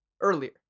earlier